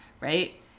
Right